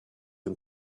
and